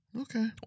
Okay